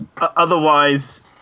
Otherwise